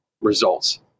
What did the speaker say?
results